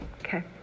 Okay